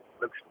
looks